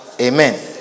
Amen